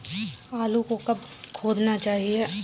आलू को कब खोदना चाहिए?